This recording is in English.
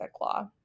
law